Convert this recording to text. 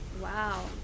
Wow